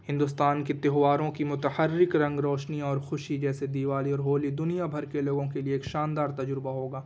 ہندوستان کی تہواروں کی متحرک رنگ روشنی اور خوشی جیسے دیوالی اور ہولی دنیا بھر کے لوگوں کے لیے ایک شاندار تجربہ ہوگا